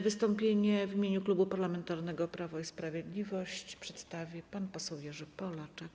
Wystąpienie w imieniu Klubu Parlamentarnego Prawo i Sprawiedliwość przedstawi pan poseł Jerzy Polaczek.